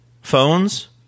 phones